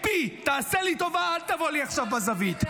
AP, תעשה לי טובה, אל תבוא לי עכשיו בזווית.